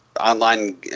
online